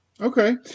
Okay